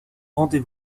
rendez